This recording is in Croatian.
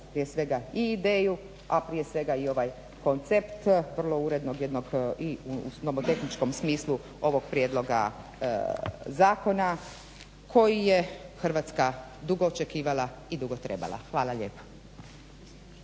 prije svega i ideju, a prije svega i ovaj koncept vrlo urednog jednog i u nomotehničkom smislu ovog prijedloga zakona koji je Hrvatska dugo očekivala i dugo trebala. Hvala lijepa.